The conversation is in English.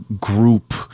group